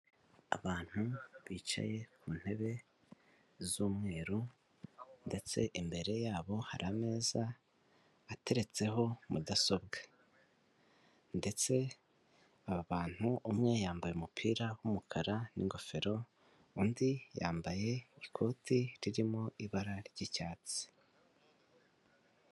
Abantu bicaye mu ntebe z'umweru ndetse imbere yabo hari ameza ateretseho mudasobwa. Ndetse abantu umwe yambaye umupira w'umukara n'ingofero undi yambaye ikoti ririmo ibara ry'icyatsi.